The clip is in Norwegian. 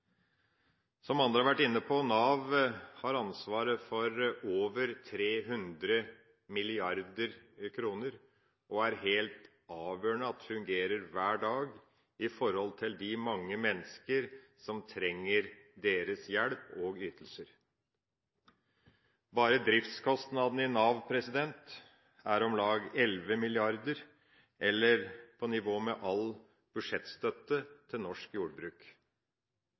som andre har vært inne på – ansvaret for over 300 mrd. kr. Det er helt avgjørende at Nav fungerer hver dag med tanke på alle de menneskene som trenger Navs hjelp og ytelser. Bare driftskostnadene i Nav er på om lag 11 mrd. kr, eller på nivå med all budsjettstøtte til norsk jordbruk.